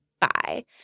Bye